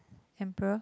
emperor